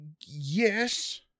Yes